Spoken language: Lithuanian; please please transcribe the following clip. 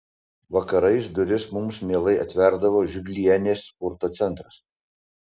vakarais duris mums mielai atverdavo žiurlienės sporto centras